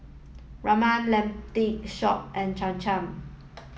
Ramen Lentil Shop and Cham Cham